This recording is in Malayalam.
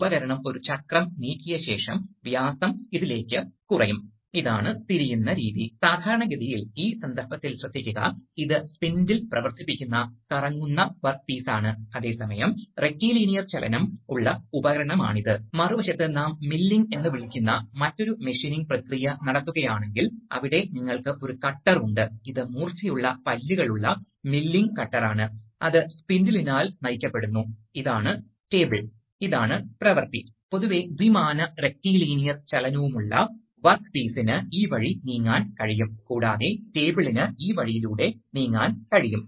അതുകൊണ്ടാണ് ഈ ചിഹ്നം ഇവിടെ കാണിച്ചിരിക്കുന്നത് പൈലറ്റ് മർദ്ദം പ്രയോഗിക്കുമ്പോൾ അത് താഴുകയും അതിനാൽ ഫ്ലോ ഉണ്ടാവുകയും ചെയ്യും ലളിതമായ ടു വേ വാൽവ് ആണ് ഇത് ഇനി നമുക്ക് ഒരു ത്രീ വേ വാൽവ് നോക്കാം അടിസ്ഥാനപരമായി ഇതിനെ രണ്ട് പോർട്ടുകൾ ഉണ്ട് ഒന്ന് വിതരണമാണ് മറ്റൊന്ന് എക്സോസ്റ്റ് ആണ് നിങ്ങൾക്ക് കാണാനാകുന്നതുപോലെ ഇതും സ്പ്രിംഗ് ലോഡഡ് ആണ് അതിനാൽ പുഷ് ബട്ടൺ അമർത്താത്തപ്പോൾ ഈ വിതരണം നിൽക്കുകയും എക്സോസ്റ്റിലേക്ക് സിലിണ്ടർ ബന്ധിപ്പിക്കുകയും ചെയ്യുന്നു